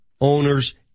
owners